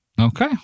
Okay